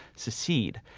secede.